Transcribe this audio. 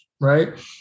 Right